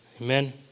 Amen